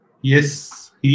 Yes